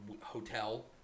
hotel